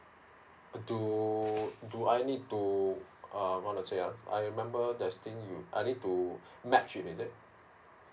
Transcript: do do I need to um wanna say ah I remember there's thing I need to matching with it